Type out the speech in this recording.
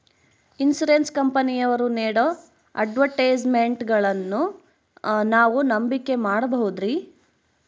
Insurance ಕಂಪನಿಯವರು ನೇಡೋ ಅಡ್ವರ್ಟೈಸ್ಮೆಂಟ್ಗಳನ್ನು ನಾವು ನಂಬಿಕೆ ಮಾಡಬಹುದ್ರಿ?